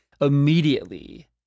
immediately